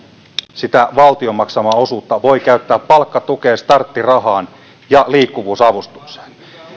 sitä valtion maksamaa osuutta voi käyttää palkkatukeen starttirahaan ja liikkuvuusavustukseen